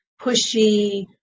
pushy